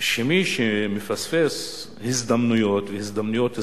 שמי שמפספס הזדמנויות והזדמנויות היסטוריות,